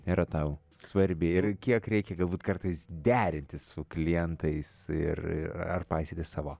yra tau svarbi ir kiek reikia galbūt kartais derinti su klientais ir ir ar paisyti savo